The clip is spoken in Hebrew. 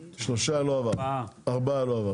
ארבעה.